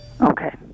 Okay